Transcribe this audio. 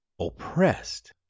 oppressed